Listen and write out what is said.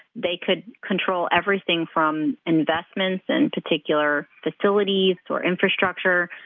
they could control everything from investments in particular facilities or infrastructure.